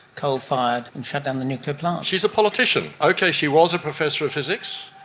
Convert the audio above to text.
coal-fired and shut down the nuclear plants? she is a politician. okay, she was a professor of physics.